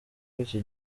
w’iki